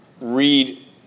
read